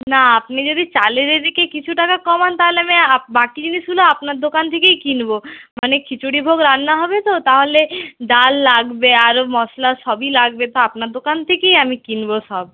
না আপনি যদি চালের এদিকে কিছু টাকা কমান তাহলে আমি বাকি জিনিসগুলা আপনার দোকান থেকেই কিনবো মানে খিচুড়িভোগ রান্না হবে তো তাহলে ডাল লাগবে আরও মশলা সবই লাগবে তো আপনার দোকান থেকেই আমি কিনবো সব